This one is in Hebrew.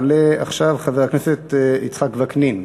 יעלה עכשיו חבר הכנסת יצחק וקנין.